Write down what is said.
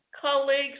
colleagues